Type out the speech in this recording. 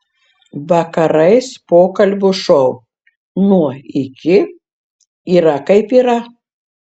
vakarais pokalbių šou nuo iki yra kaip yra